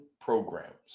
programs